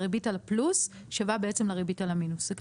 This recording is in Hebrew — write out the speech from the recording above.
הריבית על הפלוס שווה בעצם לריבית על המינוס.